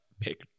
pick